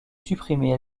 supprimée